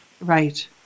Right